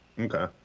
Okay